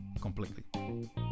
completely